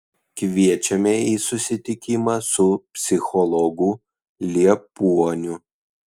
kviečiame į susitikimą su psichologu liepuoniu